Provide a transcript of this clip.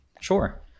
Sure